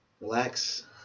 relax